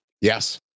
Yes